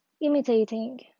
Imitating